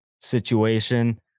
situation